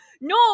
no